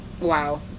wow